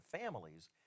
families